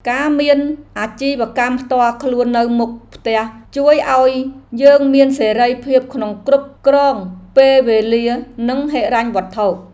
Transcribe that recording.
ការមានអាជីវកម្មផ្ទាល់ខ្លួននៅមុខផ្ទះជួយឱ្យយើងមានសេរីភាពក្នុងការគ្រប់គ្រងពេលវេលានិងហិរញ្ញវត្ថុ។